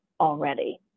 already